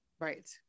right